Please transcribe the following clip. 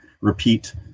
repeat